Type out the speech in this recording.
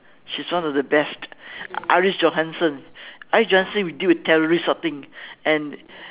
she's one of the best iris johansen iris johansen who deals with terrorist this sort of thing and